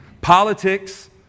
politics